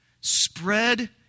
Spread